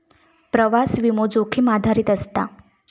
प्रवास विमो, जोखीम आधारित असता